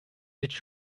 that